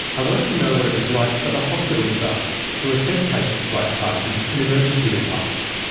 i wanted to know what it was like for the hospital staff who assess patients like tyson in emergency departments.